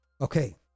Okay